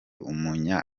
umunya